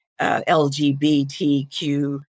LGBTQ